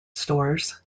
stores